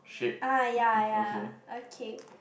ah ya ya okay